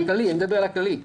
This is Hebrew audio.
אני מדבר על הנוהל הכללי.